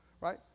Right